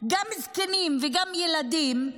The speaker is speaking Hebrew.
גם זקנים וגם ילדים,